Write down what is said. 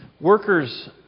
Workers